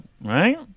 right